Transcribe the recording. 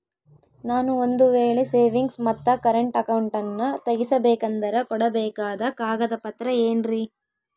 ನಾನು ಒಂದು ವೇಳೆ ಸೇವಿಂಗ್ಸ್ ಮತ್ತ ಕರೆಂಟ್ ಅಕೌಂಟನ್ನ ತೆಗಿಸಬೇಕಂದರ ಕೊಡಬೇಕಾದ ಕಾಗದ ಪತ್ರ ಏನ್ರಿ?